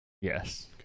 Yes